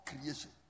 creation